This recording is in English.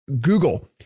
Google